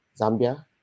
Zambia